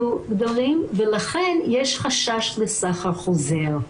לכן יש חשש לסחר חוזר.